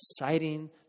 exciting